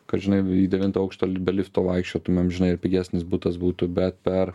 kad žinai į devintą aukštą be lifto vaikščiotumėm žinai pigesnis butas būtų bet per